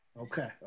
okay